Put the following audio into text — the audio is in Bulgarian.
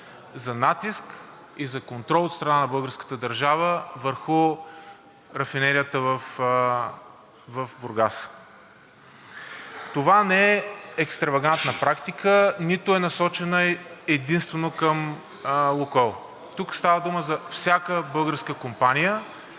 за натиск и за контрол на българската държава върху рафинерията в Бургас. Това не е екстравагантна практика, нито е насочена единствено към „Лукойл“. Тук става дума за всяка българска компания,